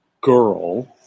girl